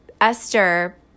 Esther